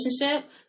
relationship